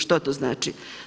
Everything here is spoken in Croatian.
Što to znači?